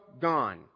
gone